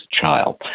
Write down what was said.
child